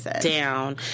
down